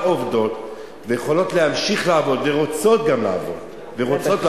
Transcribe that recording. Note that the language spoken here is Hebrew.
אבל אלה שכבר עובדות ויכולות להמשיך לעבוד ורוצות גם לעבוד,